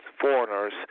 foreigners